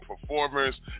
performers